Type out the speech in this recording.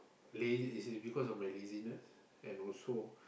lazy is because of my laziness and also